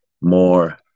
more